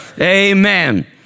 Amen